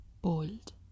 bold